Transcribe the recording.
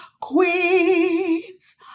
Queens